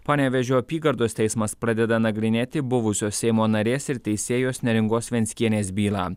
panevėžio apygardos teismas pradeda nagrinėti buvusios seimo narės ir teisėjos neringos venckienės bylą